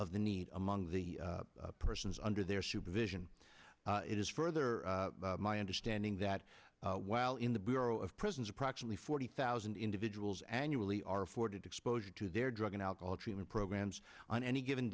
the need among the persons under their supervision it is further my understanding that while in the bureau of prisons approximately forty thousand individuals annually are afforded exposure to their drug and alcohol treatment programs on any given